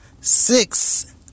Six